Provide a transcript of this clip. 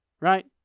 right